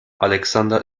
alexander